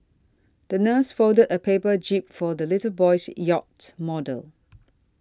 the nurse folded a paper jib for the little boy's yacht model